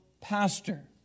pastor